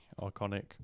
iconic